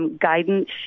guidance